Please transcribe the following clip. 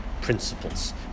principles